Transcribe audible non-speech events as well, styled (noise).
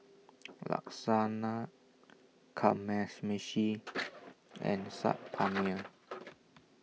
Lasagna Kamameshi (noise) and Saag (noise) Paneer